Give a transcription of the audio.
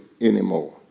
anymore